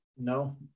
No